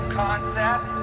concept